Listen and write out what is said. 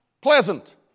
pleasant